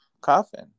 coffin